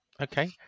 Okay